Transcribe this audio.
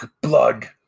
blood